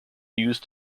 used